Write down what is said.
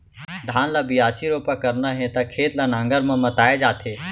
धान ल बियासी, रोपा करना हे त खेत ल नांगर म मताए जाथे